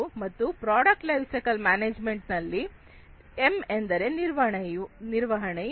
ಮತ್ತು product life cycle management ನಲ್ಲಿ M ಎಂದರೆ ನಿರ್ವಹಣೆಯ ಎಂದು